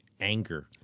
anger